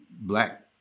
black